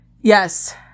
Yes